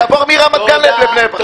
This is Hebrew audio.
יעבור מרמת גן לבני ברק.